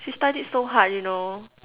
she studied so hard you know